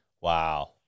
Wow